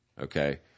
Okay